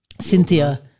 Cynthia